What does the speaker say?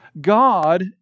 God